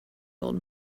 old